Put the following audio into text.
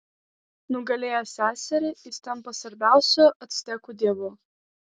nugalėjęs seserį jis tampa svarbiausiu actekų dievu